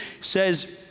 says